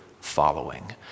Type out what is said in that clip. following